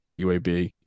UAB